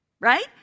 right